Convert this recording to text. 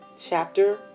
chapter